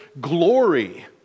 glory